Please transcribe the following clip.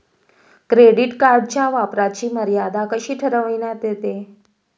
Credit कार्डच्या वापराची मर्यादा कशी ठरविण्यात येते?